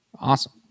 Awesome